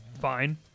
fine